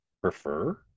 prefer